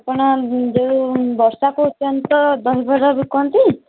ଆପଣ ଯେଉଁ ବର୍ଷା କହୁଛନ୍ତି ତ ଦହିବରା ବିକନ୍ତି